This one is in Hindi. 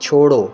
छोड़ो